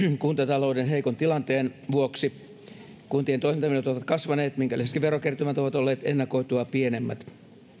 kuntatalouden heikon tilanteen vuoksi kuntien toimintamenot ovat kasvaneet minkä lisäksi verokertymät ovat olleet ennakoitua pienemmät